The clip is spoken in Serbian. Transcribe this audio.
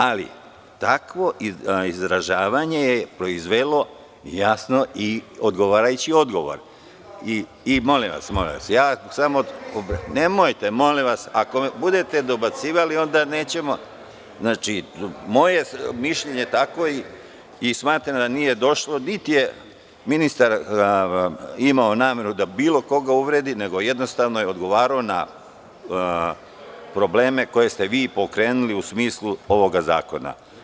Ali, takvo izražavanje je proizvelo jasno i odgovarajući odgovor. (Narodni poslanik Borislav Stefanović, sa mesta: To nije tačno.) Znači, moje mišljenje je takvo, i smatram da nije došlo, niti je ministar imao nameru da bilo koga uvredi, nego jednostavno je odgovarao na probleme koje ste vi pokrenuli u smislu ovog zakona.